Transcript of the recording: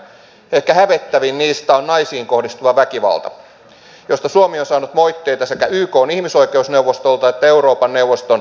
ehkä hävettävin niistä on naisiin kohdistuva väkivalta josta suomi on saanut moitteita sekä ykn ihmisoikeusneuvostolta että euroopan neuvoston ihmisoikeusvaltuutetulta